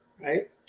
right